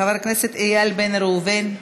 חברת הכנסת איילת נחמיאס ורבין,